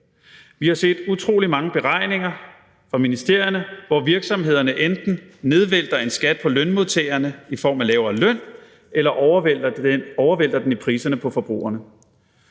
Vi har set utrolig mange beregninger fra ministerierne, hvor virksomhederne enten nedvælter en skat på lønmodtagerne i form af lavere løn eller overvælter den i priserne for forbrugerne.